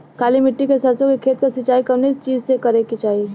काली मिट्टी के सरसों के खेत क सिंचाई कवने चीज़से करेके चाही?